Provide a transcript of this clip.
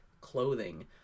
clothing